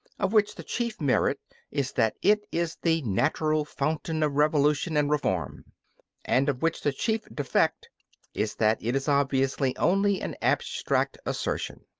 of which the chief merit is that it is the natural fountain of revolution and reform and of which the chief defect is that it is obviously only an abstract assertion.